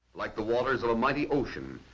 like the waters of of mighty ocean,